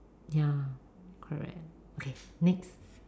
ya correct okay next